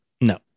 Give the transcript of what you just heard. No